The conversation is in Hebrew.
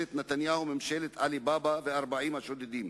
ממשלת נתניהו: ממשלת עלי בבא ו-40 השודדים.